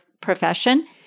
profession